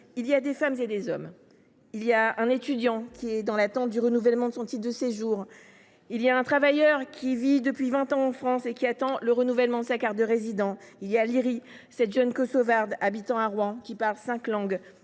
il y a des femmes et des hommes. Il y a un étudiant qui est dans l’attente du renouvellement de son titre de séjour. Il y a un travailleur qui vit depuis vingt ans en France et qui attend le renouvellement de sa carte de résident. Il y a Liri, cette jeune kosovare qui habite à Rouen, qui parle cinq langues